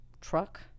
truck